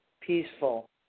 Peaceful